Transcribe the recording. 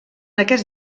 aquest